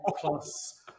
plus